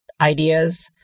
ideas